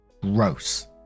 Gross